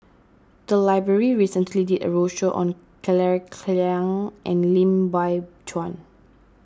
the library recently did a roadshow on Claire Chiang and Lim Biow Chuan